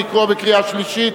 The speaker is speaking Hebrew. לקרוא קריאה שלישית?